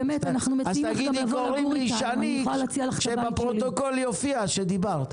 אז תגידי קוראים לי שני שבפרוטוקול יופיע שדיברת.